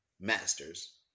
masters